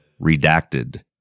Redacted